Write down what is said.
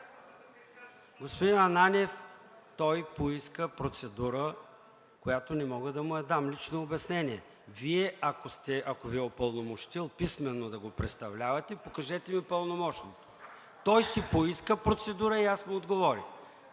Господин Ананиев, той поиска процедура, която не мога да му я дам – лично обяснение. Вие, ако Ви е упълномощил писмено да го представлявате, покажете ми пълномощното. Той си поиска процедура и аз му отговорих.